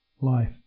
life